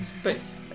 space